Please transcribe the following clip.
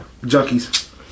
Junkies